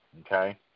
okay